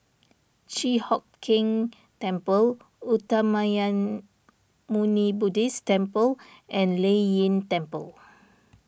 Chi Hock Keng Temple Uttamayanmuni Buddhist Temple and Lei Yin Temple